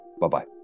Bye-bye